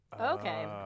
Okay